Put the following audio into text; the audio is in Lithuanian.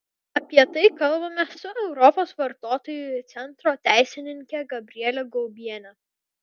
apie tai kalbamės su europos vartotojų centro teisininke gabriele gaubiene